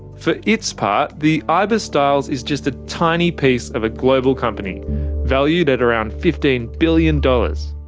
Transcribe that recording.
for its part, the ibis styles is just a tiny piece of a global company valued at around fifteen billion dollars.